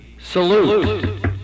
salute